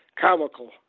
comical